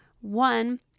one